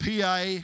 PA